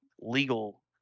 legal